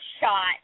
shot